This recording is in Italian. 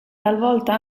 talvolta